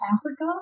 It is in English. Africa